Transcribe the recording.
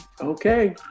Okay